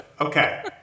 Okay